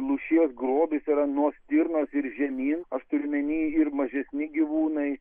lūšies grobis yra nuo stirnos ir žemyn aš turiu omeny ir mažesni gyvūnai